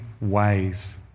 ways